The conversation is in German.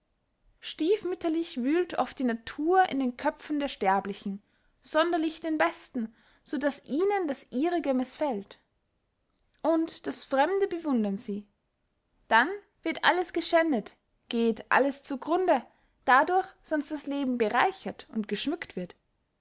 stiefmütterlich wühlt oft die natur in den köpfen der sterblichen sonderlich den besten so daß ihnen das ihrige mißfällt und das fremde bewundern sie dann wird alles geschändet geht alles zu grunde dadurch sonst das leben bereichert und geschmückt wird